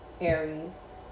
aries